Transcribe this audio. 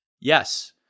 Yes